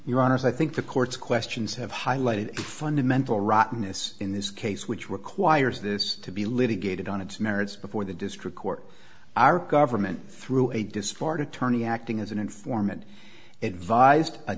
your honor as i think the courts questions have highlighted fundamental rottenness in this case which requires this to be litigated on its merits before the district court our government through a disbarred attorney acting as an informant advised a